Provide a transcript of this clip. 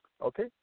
Okay